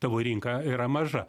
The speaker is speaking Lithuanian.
tavo rinka yra maža